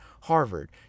harvard